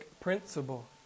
principle